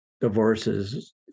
divorces